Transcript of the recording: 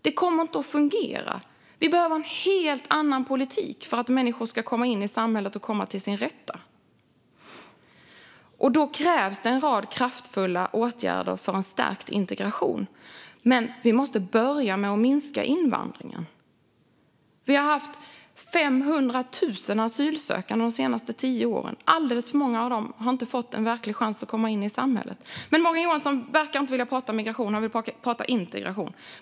Det kommer inte att fungera, utan vi behöver en helt annan politik för att människor ska komma in i samhället och komma till sin rätt. Då krävs det en rad kraftfulla åtgärder för en stärkt integration, men vi måste börja med att minska invandringen. Vi har haft 500 000 asylsökande under de senaste tio åren, och alldeles för många av dem har inte fått en verklig chans att komma in i samhället. Morgan Johansson verkar dock inte vilja prata migration, utan han vill prata integration.